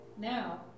Now